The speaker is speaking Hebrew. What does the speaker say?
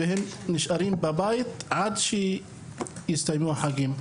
והם נשארים בבית עד שיסתיימו החגים.